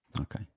Okay